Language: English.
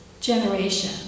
generation